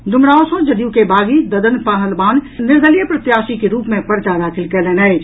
डुमरांव सँ जदयू के बागी ददन पहलवान निर्दलीय प्रत्याशी के रूप मे पर्चा दाखिल कयलनि अछि